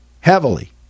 heavily